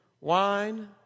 wine